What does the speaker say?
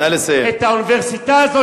האוניברסיטה הזאת,